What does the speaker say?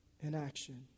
inaction